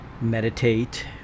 meditate